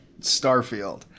starfield